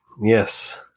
Yes